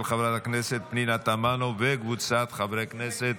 של חברת הכנסת פנינה תמנו וקבוצת חברי הכנסת.